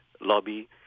Lobby